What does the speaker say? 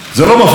זה לא מפריע לה,